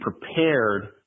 prepared